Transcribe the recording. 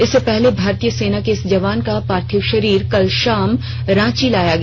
इससे पहले भारतीय सेना के इस जवान का पार्थिव शरीर कल शाम रांची लाया गया